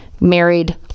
married